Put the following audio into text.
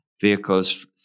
vehicles